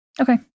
Okay